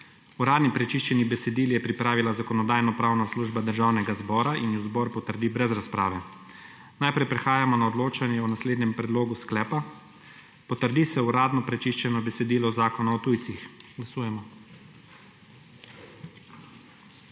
Uradni prečiščeni besedili je pripravila Zakonodajno-pravna služba Državnega zbora in ju zbor potrdi brez razprave. Najprej prehajamo na odločanje o naslednjem predlogu sklepa: »Potrdi se uradno prečiščeno besedilo Zakona o tujcih.« Glasujemo.